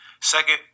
second